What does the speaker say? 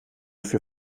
für